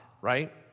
right